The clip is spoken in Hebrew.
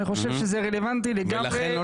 ואני חושב שזה רלוונטי לגמרי.